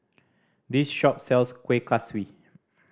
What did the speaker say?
this shop sells Kueh Kaswi